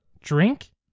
drink